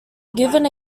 given